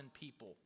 people